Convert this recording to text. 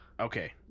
Okay